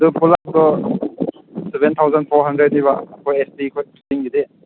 ꯑꯗꯨ ꯄꯨꯂꯞꯇꯣ seven thousand four ꯍꯟꯗ꯭ꯔꯦꯠꯅꯦꯕ ꯈꯣꯏ ꯑꯦꯁ ꯇꯤ ꯈꯣꯏ ꯆꯤꯡꯒꯤꯗꯤ